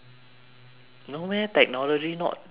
no meh technology not that good meh